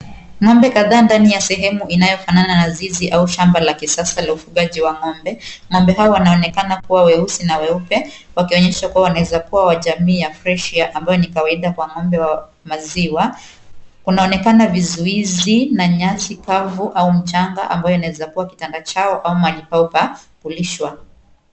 Ng'ombe kadha ndani ya sehemu inayofanana na zizi au shamba la kisasa la ufugaji wa ng'ombe. Ng'ombe hawa wanaonekana kuwa weusi na weupe wakionyesha kuwa wanaweza kuwa wa jamii ya fresia ambayo ni kawaida kwa ng'ombe wa maziwa, kunaonekana vizuizi na nyasi kavu au mchanga ambayo inaweza kuwa kitanda chao ama mahali pao pa kulishwa.